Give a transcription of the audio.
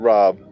Rob